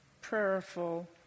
prayerful